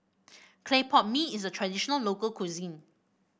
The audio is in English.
Clay Pot Mee is a traditional local cuisine